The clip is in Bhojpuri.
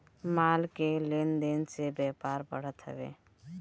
माल के लेन देन से व्यापार बढ़त हवे